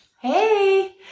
Hey